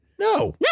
No